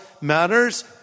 matters